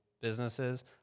businesses